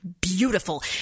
beautiful